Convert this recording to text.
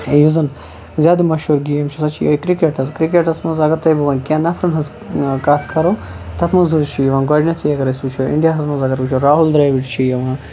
یُس زَن زیادٕ مَشہوٗر گیم چھِ سۄ چھِ یِہٕے کِرکَٹ حظ کرکیٹَس منٛز اگر تۄہہِ بہٕ وَنہِ کینٛہہ نفرَن ہِنٛز کَتھ کَرو تَتھ منٛز حظ چھِ یِوان گۄڈٕنیٚتھٕے اگر أسۍ وٕچھو اِنٛڈیا ہَس منٛز اگر وٕچھو راہُر ڈرٛیوِڈ چھُ یِوان